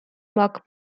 mark